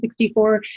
1964